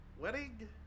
wedding